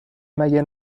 مگه